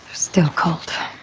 still cold,